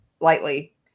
lightly